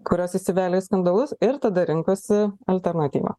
kurios įsivėlė į skandalus ir tada rinkosi alternatyvą